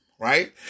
right